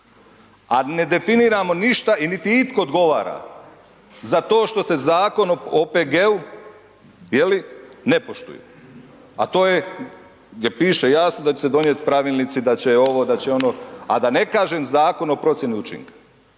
A ne definiramo ništa i niti itko odgovara za to što se Zakon o OPG-u, je li, ne poštuju. A to je gdje piše jasno da će se donijeti pravilnici, da će ovo, da će ono, a da ne kažem Zakon o procjeni učinka,